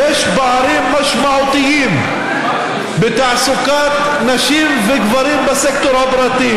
יש פערים משמעותיים בתעסוקת נשים וגברים בסקטור הפרטי.